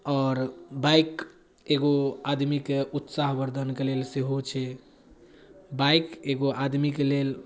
आओर बाइक एगो आदमीके उत्साहवर्धनके लेल सेहो छै बाइक एगो आदमीके लेल